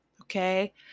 okay